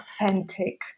authentic